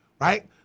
right